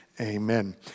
amen